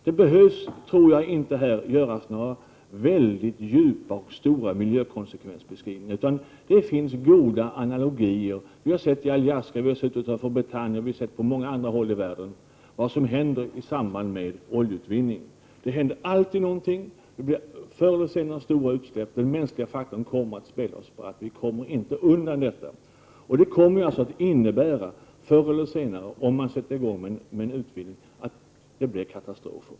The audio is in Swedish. Jag tror inte att man behöver göra några djupa och stora beskrivningar av miljökonsekvenser, utan att det här finns goda analogier från andra håll i världen. Vi har sett i Alaska, utanför Bretagne och på många andra håll i världen vad som händer i samband med oljeutvinning. Det händer alltid någonting. Det blir förr eller senare stora utsläpp. Den mänskliga faktorn kommer att spela oss spratt. Vi kommer inte undan detta. Om man sätter i gång en utvinning kommer det förr eller senare att medföra katastrof.